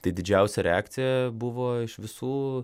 tai didžiausia reakcija buvo iš visų